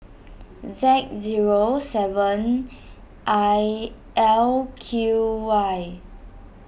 Z zero seven I L Q Y